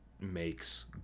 makes